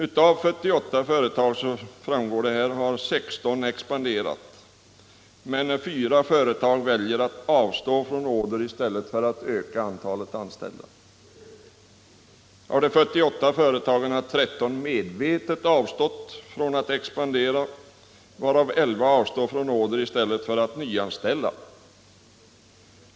Det framgår att av 48 företag har 16 expanderat men 4 valt att avstå från order i stället för att öka antalet anställda. Av de 48 företagen har 13 medvetet avstått från att expandera, varav 11 avstått från order i stället för att nyanställa.